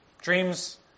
Dreams